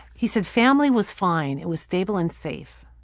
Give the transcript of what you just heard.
he said, family was fine. it was stable and safe.